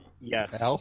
Yes